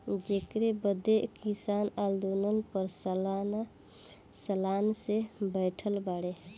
जेकरे बदे किसान आन्दोलन पर सालन से बैठल बाड़े